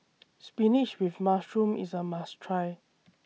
Spinach with Mushroom IS A must Try